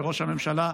וראש הממשלה,